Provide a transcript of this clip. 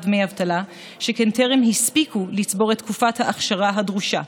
דמי אבטלה שכן הם טרם הספיקו לצבור את תקופת האכשרה הדרושה,